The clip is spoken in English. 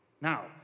Now